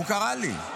הוא קרא לי.